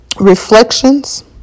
reflections